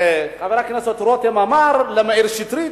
חבר הכנסת רותם אמר למאיר שטרית,